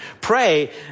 Pray